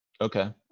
Okay